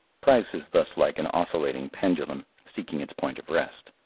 price is thus like an oscillating pendulum seeking its point of rest,